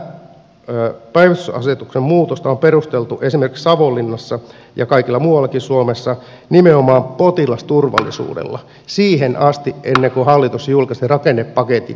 tätä päivys tysasetuksen muutosta on perusteltu esimerkiksi savonlinnassa ja kaikkialla muuallakin suomessa nimenomaan potilasturvallisuudella siihen asti kunnes hallitus julkaisi rakennepaketin